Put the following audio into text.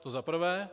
To za prvé.